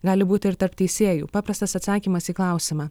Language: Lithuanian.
gali būti ir tarp teisėjų paprastas atsakymas į klausimą